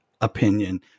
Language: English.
Opinion